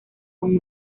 con